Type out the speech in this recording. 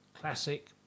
classic